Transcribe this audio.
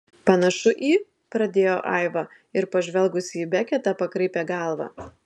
panašu į pradėjo aiva ir pažvelgusi į beketą pakraipė galvą